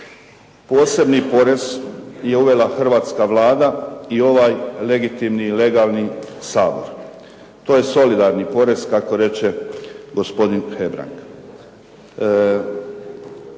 Posebni porez je uvela hrvatska Vlada i ovaj legitimni, legalni Sabor. To je solidarni porez kako reče gospodin Hebrang.